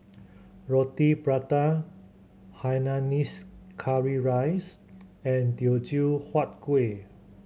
Roti Prata hainanese curry rice and Teochew Huat Kueh